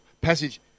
passage